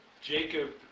Jacob